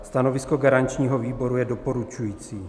Stanovisko garančního výboru je doporučující.